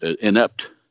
inept